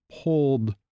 pulled